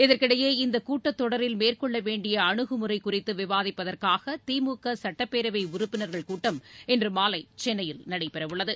இதற்கிடையே இந்தக் கூட்டத் தொடரில் மேற்கொள்ள வேண்டிய அனுகுமுறைகள் குறித்து விவாதிப்பதற்காக திமுக சுட்டப்பேரவை உறுப்பினர்கள் கூட்டம் இன்று மாலை சென்னையில் நடைபெறவுள்ளது